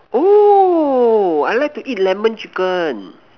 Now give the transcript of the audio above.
oh I like to eat lemon chicken